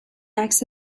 عکس